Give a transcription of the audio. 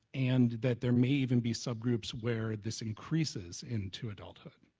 and that there may even be subgroups where this increasing into adulthood,